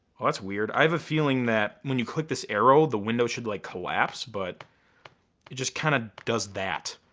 well that's weird. i have a feeling that when you click this arrow, the window should like collapse, but it just kinda does that.